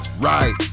right